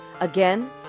Again